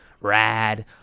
rad